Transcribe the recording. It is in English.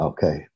Okay